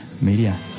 media